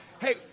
Hey